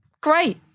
Great